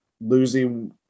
losing